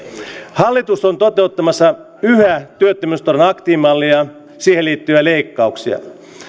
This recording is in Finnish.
hallitus on yhä toteuttamassa työttömyysturvan aktiivimallia ja siihen liittyviä leikkauksia